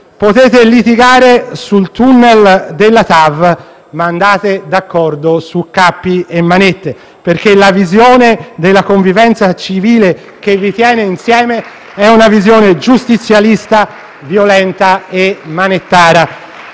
Potete litigare sul tunnel della TAV, ma andate d'accordo su cappi e manette, perché la visione della convivenza civile che vi tiene insieme è giustizialista, violenta e manettara.